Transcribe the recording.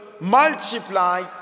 multiply